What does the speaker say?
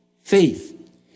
faith